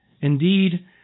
Indeed